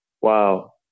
Wow